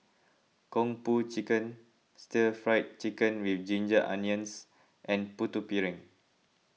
Kung Po Chicken Stir Fried Chicken with Ginger Onions and Putu Piring